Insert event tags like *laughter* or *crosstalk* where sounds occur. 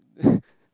*breath*